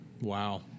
wow